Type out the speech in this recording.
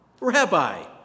Rabbi